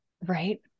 Right